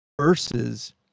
versus